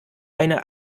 eine